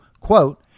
quote